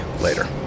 later